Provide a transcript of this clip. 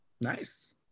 Nice